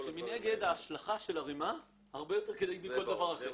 כאשר השלכה של ערימה הרבה יותר כדאית מכל דבר אחר.